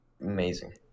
Amazing